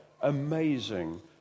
Amazing